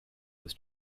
was